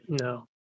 no